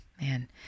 man